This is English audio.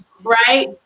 right